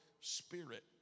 spirit